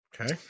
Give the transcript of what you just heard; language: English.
Okay